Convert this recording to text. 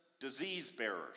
disease-bearers